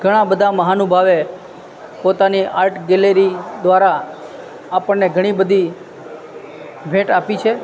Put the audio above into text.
ઘણા બધા મહાનુભાવે પોતાની આર્ટ ગેલેરી દ્વારા આપણને ઘણી બધી ભેટ આપી છે